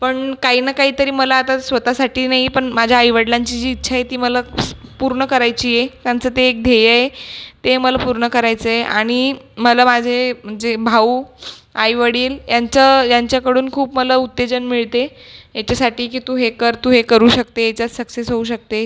पण काही ना काही तरी मला आता स्वत साठी नाही पण माझ्या आईवडिलांची जी इच्छा आहे ती मला पूर्ण करायची आहे त्यांचं ते एक ध्येय आहे ते मला पूर्ण करायचं आहे आणि मला माझे जे भाऊ आईवडील यांचं यांच्याकडून खूप मला उत्तेजन मिळते याच्यासाठी की तू हे कर तू हे करू शकते याच्यात सक्सेस होऊ शकते